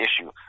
issue